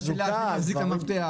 השאלה מי מחזיק את המפתח.